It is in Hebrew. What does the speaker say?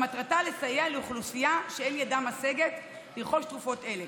במטרה לסייע לאוכלוסייה שאין ידה משגת לרכוש תרופות אלה.